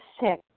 sick